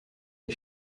des